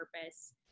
purpose